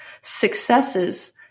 successes